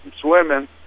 swimming